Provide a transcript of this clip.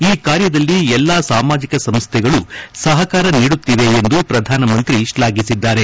ಈ ಕಾರ್ಯದಲ್ಲಿ ಎಲ್ಲಾ ಸಾಮಾಜಿಕ ಸಂಸ್ಥೆಗಳು ಸಹಕಾರ ನೀಡುತ್ತಿವೆ ಎಂದು ಪ್ರಧಾನಮಂತ್ರಿ ಶ್ಲಾಘಿಸಿದ್ದಾರೆ